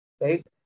Right